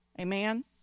Amen